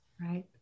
right